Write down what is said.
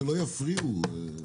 שלא יפריעו.